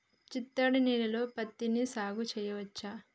చిత్తడి నేలలో పత్తిని సాగు చేయచ్చా?